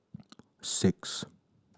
six